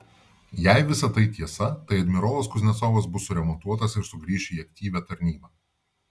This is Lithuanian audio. jei visa tai tiesa tai admirolas kuznecovas bus suremontuotas ir sugrįš į aktyvią tarnybą